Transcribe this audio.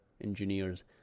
engineers